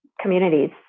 communities